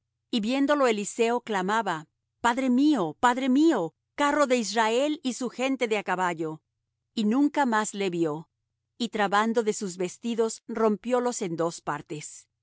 y viéndolo eliseo clamaba padre mío padre mío carro de israel y su gente de á caballo y nunca más le vió y trabando de sus vestidos rompiólos en dos partes